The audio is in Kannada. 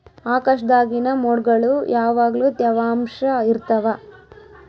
ಆಕಾಶ್ದಾಗಿನ ಮೊಡ್ಗುಳು ಯಾವಗ್ಲು ತ್ಯವಾಂಶ ಇರ್ತವ